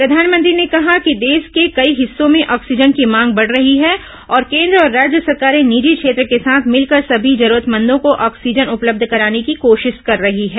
प्रधानमंत्री ने कहा कि देश के कई हिस्सों में ऑक्सीजन की मांग बढी है और केंद्र और राज्य सरकारें निजी क्षेत्र को साथ भिलकर सभी जरूरतमंदों को ऑक्सीजन उपलब्ध कराने की कोशिश कर रही हैं